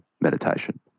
meditation